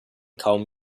kaum